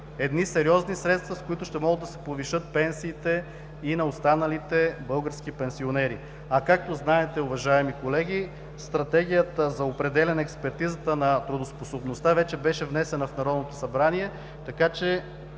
едни сериозни средства, с които ще могат да се повишат пенсиите и на останалите български пенсионери, а както знаете, уважаеми колеги, стратегията за определяне на експертизата на правоспособността вече беше внесена в Народното събрание, така че